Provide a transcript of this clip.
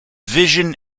vision